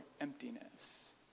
emptiness